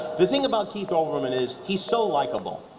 the thing about keith olberman is, he's so likable.